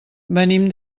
venim